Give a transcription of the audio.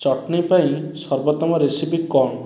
ଚଟ୍ନି ପାଇଁ ସର୍ବୋତ୍ତମ ରେସିପି କ'ଣ